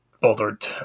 bothered